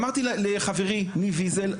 אמרתי לחברי ניב ויזל,